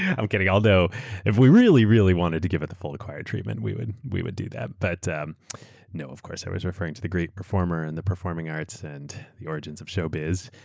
i'm kidding, although if we really, really wanted to give it the full acquired treatment, we would we would do that. but no. of course, i was referring to the great performer, and the performing arts, and the origins of showbiz,